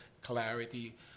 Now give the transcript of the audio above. clarity